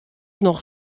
noch